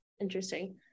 Interesting